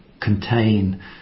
contain